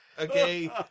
Okay